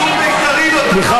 ממתי, טרנספר?